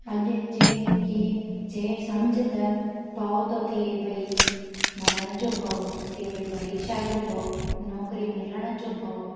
अॼु जंहिं कंहिं जे समुझ त भउ थो थिए भई मरण जो भउ तीअं भई परीक्षा जो भउ नौकरी मिलण जो भउ